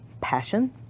Passion